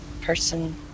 person